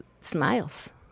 smiles